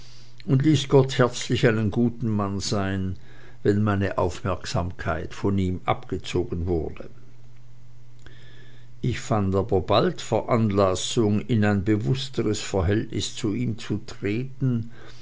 und ließ gott herzlich einen guten mann sein wenn meine aufmerksamkeit von ihm abgezogen wurde ich fand aber bald veranlassung in ein bewußteres verhältnis zu ihm zu treten